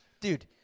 Dude